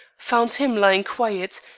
found him lying quiet,